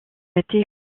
été